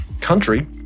country